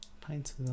Pints